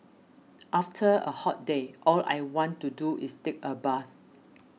after a hot day all I want to do is take a bath